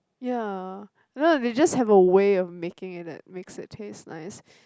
ya no they just have a way of making it that makes it taste nice